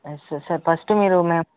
సరే sir first మీరు మేము